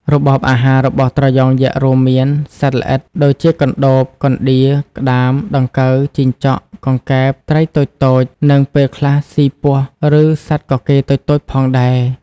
របបអាហាររបស់ត្រយងយក្សរួមមាន សត្វល្អិត ដូចជាកណ្តូប កណ្ដៀរ ក្ដាម ដង្កូវ ជីងចក់ កង្កែប ត្រីតូចៗ និងពេលខ្លះស៊ីពស់ ឬសត្វកកេរតូចៗផងដែរ។